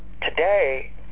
today